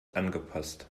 angepasst